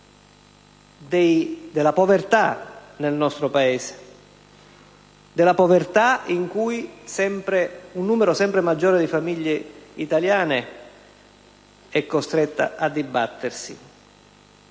della povertà nel nostro Paese, una povertà in cui un numero sempre maggiore di famiglie italiane è costretto a dibattersi.